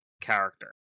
character